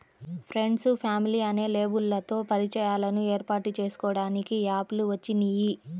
friends, family అనే లేబుల్లతో పరిచయాలను ఏర్పాటు చేసుకోడానికి యాప్ లు వచ్చినియ్యి